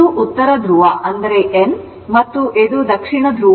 ಇದು ಉತ್ತರ ಧ್ರುವ ಮತ್ತು ಇದು ದಕ್ಷಿಣ ಧ್ರುವ